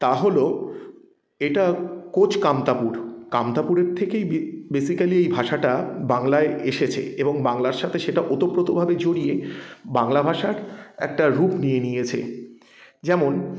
তা হলো এটা কোচ কামতাপুর কামতাপুরের থেকেই বেসিক্যালি এই ভাষাটা বাংলায় এসেছে এবং বাংলার সাথে সেটা ওতপ্রোতোভাবে জড়িয়ে বাংলা ভাষার একটা রূপ নিয়ে নিয়েছে যেমন